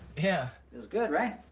yeah. feels good, right?